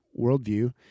worldview